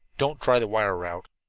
don't try the wire route.